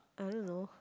I don't know